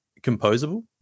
composable